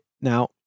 Now